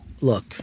look